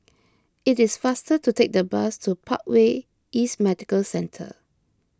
it is faster to take the bus to Parkway East Medical Centre